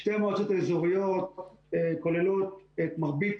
שתי המועצות האזוריות כוללות את מרבית